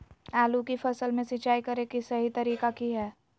आलू की फसल में सिंचाई करें कि सही तरीका की हय?